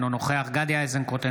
אינו נוכח גדי איזנקוט,